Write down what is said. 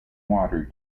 water